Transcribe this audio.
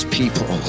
people